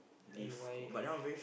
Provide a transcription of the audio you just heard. L Y F